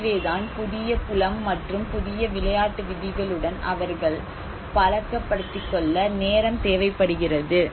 எனவேதான் புதிய புலம் மற்றும் புதிய விளையாட்டு விதிகளுடன் அவர்கள் பழக்கப்படுத்திக்கொள்ள நேரம் தேவைப்படுகிறது